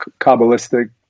kabbalistic